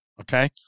Okay